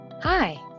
Hi